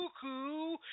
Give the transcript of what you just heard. Cuckoo